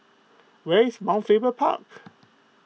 where is Mount Faber Park